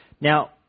Now